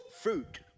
fruit